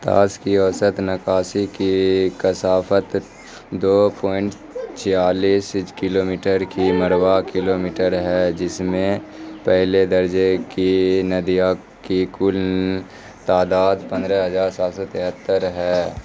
طاس کی اوسط نکاسی کی کثافت دو پوائنٹ چالیس کلو میٹر کی مربع کلو میٹر ہے جس میں پہلے درجے کی ندیاں کی کل تعداد پندرہ ہزار سات سو تہتر ہے